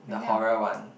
the horror one